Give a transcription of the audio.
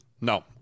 No